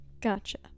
Gotcha